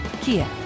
kia